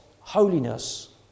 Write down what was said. holiness